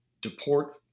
deport